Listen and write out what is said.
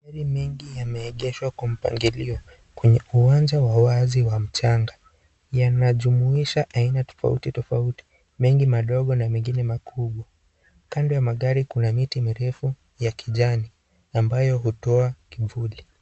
Magari mengi yameegeswa kwa mpangilio kwenye uwanja wa wazi wa mchanga. Yanajumuisha aina tofauti tofauti, mengi mandogo na mengine makubwa. Kando ya magari kuna miti mirefu ya kijani ambayo hutoa kivuli.